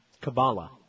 Kabbalah